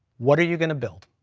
what are you gonna build?